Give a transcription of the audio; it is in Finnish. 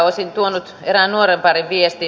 olisin tuonut erään nuorenparin viestin